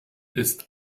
ist